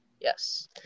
Yes